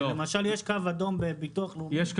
למשל יש קו אדום בביטוח הלאומי.